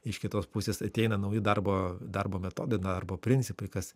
iš kitos pusės ateina nauji darbo darbo metodai darbo principai kas